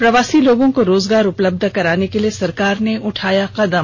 प्रवासी लोगों न् को रोजगार उपलब्ध कराने के लिए सरकार ने उठाया कदम